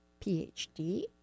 PhD